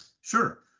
Sure